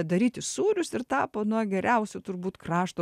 daryti sūrius ir tapo na geriausiu turbūt krašto